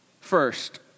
first